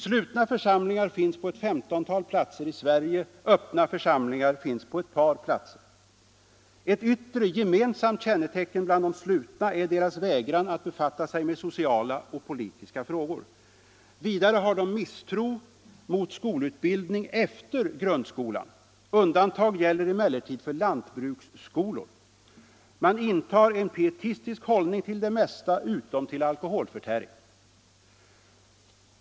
”Slutna” församlingar finns på ett 15-tal platser i Sverige. ”Öppna” församlingar finns bara på ett par platser. Ett yttre gemensamt kännetecken bland de ”slutna” är deras vägran att befatta sig med sociala och politiska frågor. Vidare har de misstro mot skolutbildning efter grundskolan. Undantag gäller emellertid för lantbruksskolor. Man intar en pietistisk hållning till det mesta utom till alkoholförtäring.